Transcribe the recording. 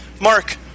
Mark